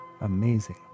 Amazing